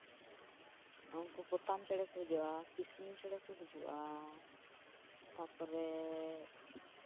ᱩᱱᱠᱩ ᱯᱚᱛᱟᱢ ᱪᱮᱬᱮ ᱠᱚ ᱦᱤᱡᱩᱜᱼᱟ ᱠᱤᱥᱱᱤ ᱪᱮᱬᱮᱠᱚ ᱦᱤᱡᱩᱜᱼᱟ ᱛᱟᱨᱯᱚᱨᱮ